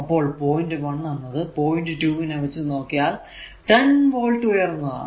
അപ്പോൾ പോയിന്റ് 1 എന്നത് പോയിന്റ് 2 വച്ച് നോക്കിയാൽ 10 വോൾട് ഉയർന്നതാണ്